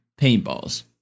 paintballs